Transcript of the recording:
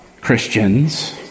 Christians